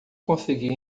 conseguia